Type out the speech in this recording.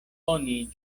oni